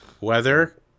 weather